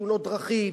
תאונות דרכים,